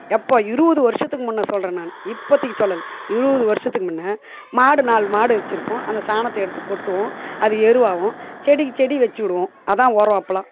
எப்போ இருபது வருடத்துக்கு முன்னே சொல்றேன் நான் இப்போத்தைக்கி சொல்லலை இருபது வருடத்துக்கு முன்னே மாடு நாலு மாடு வச்சுருப்போம் அந்த சாணத்தை எடுத்து கொட்டுவோம் அது எருவாகவும் செடிக்கு செடி வச்சு விடுவோம் அதுதான் உரம் அப்போலாம்